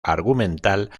argumental